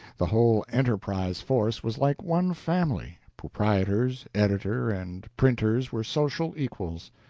the whole enterprise force was like one family proprietors, editor, and printers were social equals.